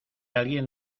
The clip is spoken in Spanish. alguien